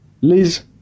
Liz